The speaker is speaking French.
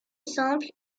simple